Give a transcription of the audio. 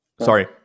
sorry